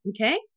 okay